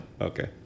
Okay